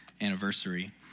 anniversary